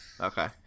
okay